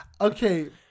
Okay